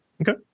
Okay